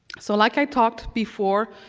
so like i talked before,